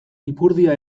ipurdia